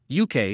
UK